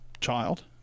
child